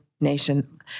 nation